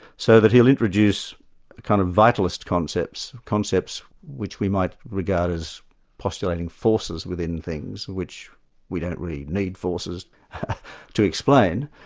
so that he'll introduce kind of vitalist concepts, concepts which we might regard as postulating forces within things which we don't really need forces to explain.